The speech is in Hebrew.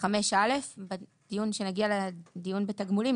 5א; כשנגיע לדיון בתגמולים,